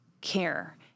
Care